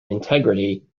integrity